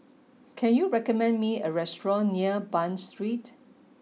can you recommend me a restaurant near Bain Street